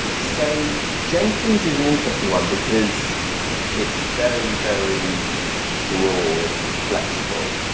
so jenkins is an interesting one, because it's very very broad and flexible.